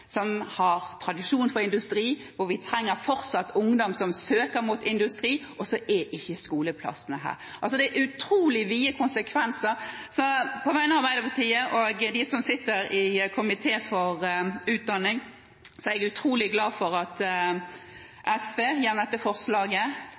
ledighet og tradisjon for industri. Vi trenger fortsatt ungdom som søker mot industri, og så er ikke skoleplassene her! Det har utrolig vide konsekvenser. På vegne av Arbeiderpartiet og dem som sitter i komiteen for utdanning, er jeg utrolig glad for at